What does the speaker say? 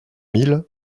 mille